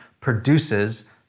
produces